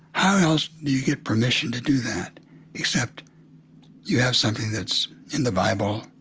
how else do you get permission to do that except you have something that's in the bible.